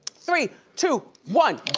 three, two, one,